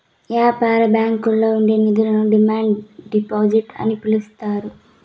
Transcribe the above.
యాపార బ్యాంకుల్లో ఉండే నిధులను డిమాండ్ డిపాజిట్ అని పిలుత్తారు